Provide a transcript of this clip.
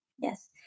Yes